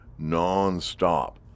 nonstop